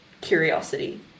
curiosity